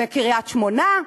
בקריית-שמונה,